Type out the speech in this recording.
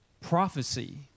prophecy